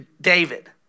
David